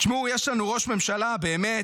תשמעו, יש לנו ראש ממשלה באמת,